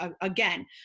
again